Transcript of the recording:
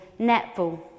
netball